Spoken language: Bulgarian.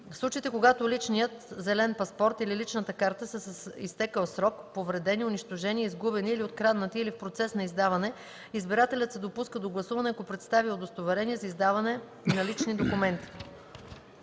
В случаите когато личният (зелен) паспорт или личната карта са с изтекъл срок, повредени, унищожени, изгубени или откраднати или в процес на издаване, избирателят се допуска до гласуване, ако представи удостоверение за издаване на лични документи.